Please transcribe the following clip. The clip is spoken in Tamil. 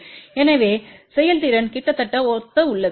எனவே செயல்திறன் கிட்டத்தட்ட ஒத்த உள்ளது